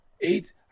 eight